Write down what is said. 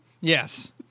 Yes